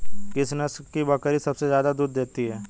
किस नस्ल की बकरी सबसे ज्यादा दूध देती है?